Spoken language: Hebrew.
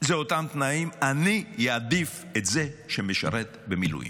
ויש אותם תנאים, אני אעדיף את זה שמשרת במילואים.